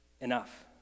enough